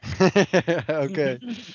okay